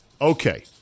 Okay